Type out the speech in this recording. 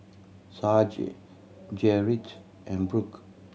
Sage Gerrit and Brooke